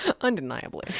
Undeniably